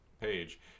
page